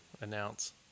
announce